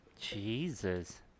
Jesus